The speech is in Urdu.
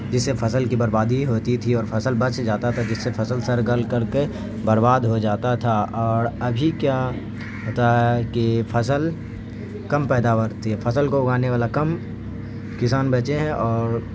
جس سے فصل کی بربادی ہوتی تھی اور فصل بچ جاتا تھا جس سے فصل سڑ گل کے برباد ہو جاتا تھا اور ابھی کیا ہوتا ہے کہ فصل کم پیداوار ہوتی ہے فصل کو اگانے والا کم کسان بچے ہیں اور